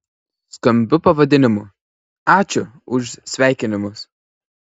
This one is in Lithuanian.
skambiu pavadinimu ačiū už sveikinimus